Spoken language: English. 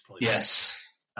Yes